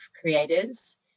creators